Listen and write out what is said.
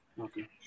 okay